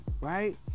right